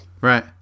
Right